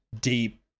deep